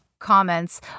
comments